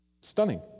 Stunning